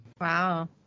Wow